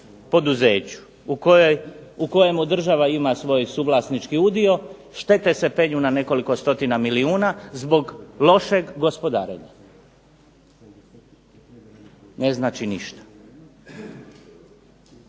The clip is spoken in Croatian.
poduzeću u kojemu država ima svoj suvlasnički udio štete se penju na nekoliko stotina milijuna zbog lošeg gospodarenja. Ne znači ništa.